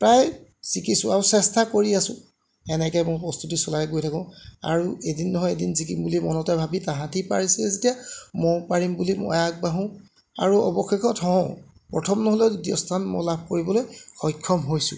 প্ৰায় জিকিছোঁ আৰু চেষ্টা কৰি আছোঁ এনেকৈ মোৰ প্ৰস্তুতি চলাই গৈ থাকোঁ আৰু এদিন নহয় এদিন জিকিম বুলি মনতে ভাবি তাহাঁতি পাৰিছে যেতিয়া ময়ো পাৰিম বুলি মই আগবাঢ়োঁ আৰু অৱশেষত হওঁ প্ৰথম নহ'লেও দ্বিতীয় স্থান মই লাভ কৰিবলৈ সক্ষম হৈছোঁ